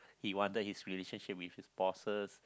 he wanted his relationship with his bosses